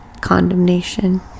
condemnation